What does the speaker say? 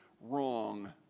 wrong